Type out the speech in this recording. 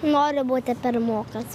noriu būti pirmokas